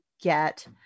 get